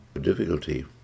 difficulty